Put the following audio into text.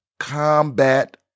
Combat